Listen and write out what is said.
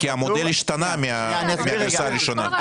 כי המודל השתנה מהתפיסה הראשונה.